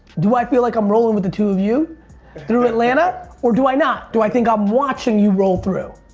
do i feel like i'm rolling with the two of you through in atalanta. or do i not. do i think i'm watching you roll through.